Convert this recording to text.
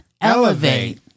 elevate